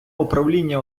управління